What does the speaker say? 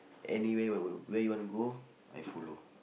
anywhere where you wanna go I follow